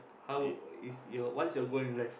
how is your what is your goal in life